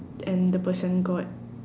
and the person got